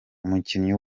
umukinnyi